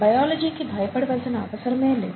బయాలజీకి భయపడవలసిన అవసరమే లేదు